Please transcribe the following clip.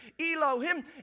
Elohim